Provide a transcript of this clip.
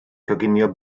coginio